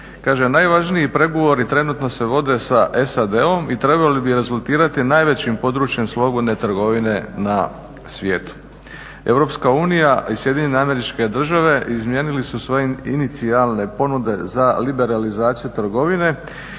"Najvažniji pregovori trenutno se vode sa SAD-om i trebali bi rezultirati najvećim područjem slobodne trgovine na svijetu. Europska unija i SAD izmijenili su svoje inicijalne ponude za liberalizaciju trgovine